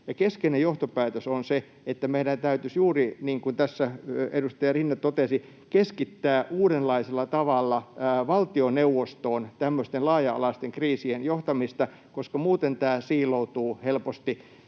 Keskeinen johtopäätös on se, että meidän täytyisi juuri, niin kuin tässä edustaja Rinne totesi, keskittää uudenlaisella tavalla valtioneuvostoon tämmöisten laaja-alaisten kriisien johtamista, koska muuten tämä helposti